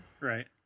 Right